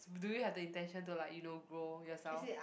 do you have the intention to like you know grow yourself